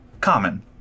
Common